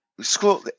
School